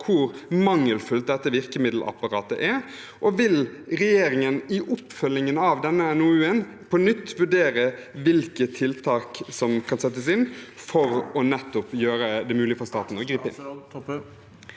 hvor mangelfullt dette virkemiddelapparatet er. Vil regjeringen i oppfølgingen av denne NOU-en på nytt vurdere hvilke tiltak som kan settes inn for å gjøre det mulig for staten å gripe inn?